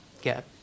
get